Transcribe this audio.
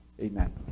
Amen